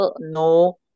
No